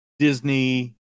Disney